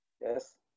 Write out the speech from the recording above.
Yes